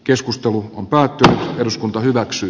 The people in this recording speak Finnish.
keskustelu päättää eduskunta hyväksyy